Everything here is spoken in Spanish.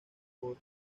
por